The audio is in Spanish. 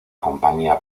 compañía